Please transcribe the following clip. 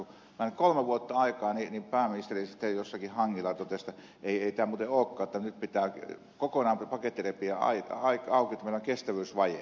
meni kolme vuotta aikaa niin pääministeri sitten jossakin hangilla totesi että ei tämä muuten olekaan että nyt pitää kokonaan paketti repiä auki että meillä on kestävyysvaje